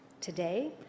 Today